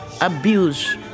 abuse